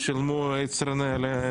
-- שילמו יצרני.